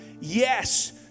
Yes